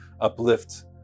uplift